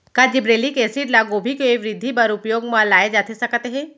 का gibberellic acid ल गोभी के वृद्धि बर उपयोग म लाये जाथे सकत हे?